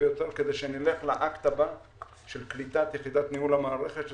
ביותר כדי שנלך לאקט הבא של קליטת יחידת ניהול המערכת,